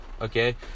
okay